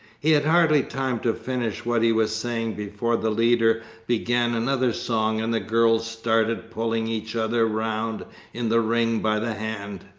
he had hardly time to finish what he was saying before the leader began another song and the girls started pulling each other round in the ring by the hand.